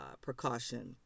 precaution